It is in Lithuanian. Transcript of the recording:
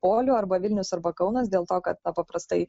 polių arba vilnius arba kaunas dėl to kad paprastai